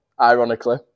ironically